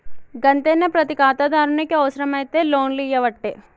గంతేనా, ప్రతి ఖాతాదారునికి అవుసరమైతే లోన్లియ్యవట్టే